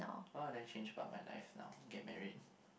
what would I change about my life now get married